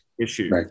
issue